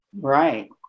right